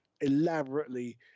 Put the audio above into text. elaborately